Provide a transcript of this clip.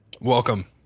welcome